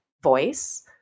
voice